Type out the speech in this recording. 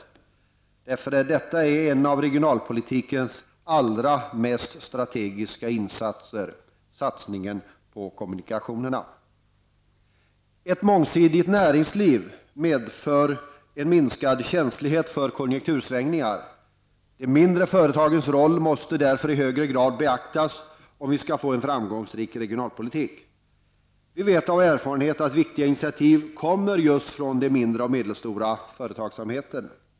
Vi ser satsningen på kommunikationerna som en av regionalpolitikens allra mest strategiska insatser. Ett mångsidigt näringsliv medför minskad känslighet för konjunktursvängningar. De mindre företagens roll måste därför i högre grad beaktas om vi skall kunna föra en framgångsrik regionalpolitik. Vi vet av erfarenhet att viktiga initiativ kommer just från den mindre och medelstora företagsamheten.